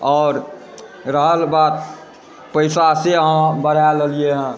आओर रहल बात पैसासे अहाँ बढ़ा लेलिए हँ